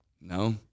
No